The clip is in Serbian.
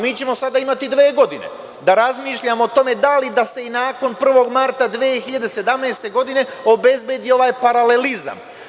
Mi ćemo sada imati dve godine da razmišljamo o tome da li da se i nakon 1. marta 2017. godine obezbedi ovaj paralelizam.